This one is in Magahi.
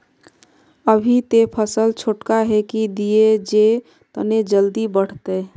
अभी ते फसल छोटका है की दिये जे तने जल्दी बढ़ते?